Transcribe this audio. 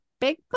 big